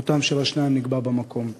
מותם של השניים נקבע במקום.